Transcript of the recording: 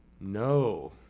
No